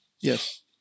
Yes